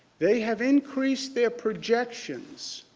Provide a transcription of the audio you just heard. they have increased their projections